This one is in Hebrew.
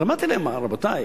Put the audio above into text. אז אמרתי להם: רבותי,